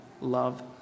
love